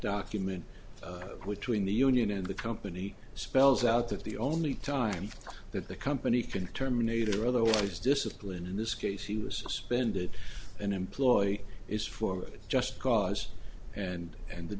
document which we in the union and the company spells out that the only time that the company can terminate or otherwise disciplined in this case he was suspended an employee is for just cause and and the